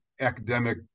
academic